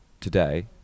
today